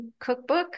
cookbook